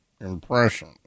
impression